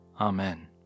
Amen